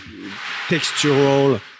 textural